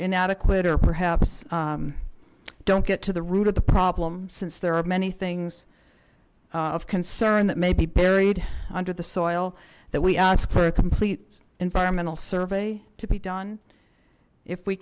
inadequate or perhaps don't get to the root of the problem since there are many things of concern that may be buried under the soil that we ask for a complete environmental survey to be done if we